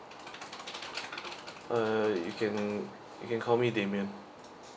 uh you can you can call me demian